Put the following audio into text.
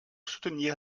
soutenir